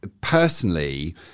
Personally